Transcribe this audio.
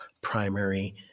primary